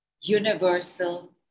Universal